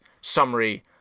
summary